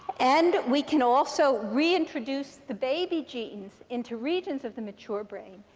and we can also reintroduce the baby genes into regions of the mature brain.